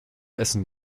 essen